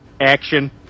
Action